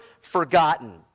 forgotten